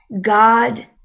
God